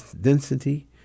density